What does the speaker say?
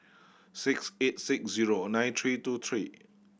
six eight six zero nine three two three